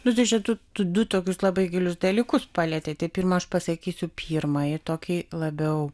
nu tai čia tu du tokius labai gilius dalykus palietei pirma aš pasakysiu pirmąjį tokį labiau